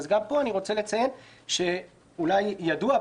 זה אולי ידוע,